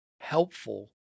helpful